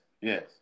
yes